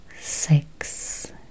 six